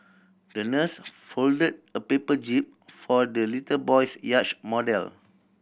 the nurse fold a paper jib for the little boy's yacht model